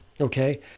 Okay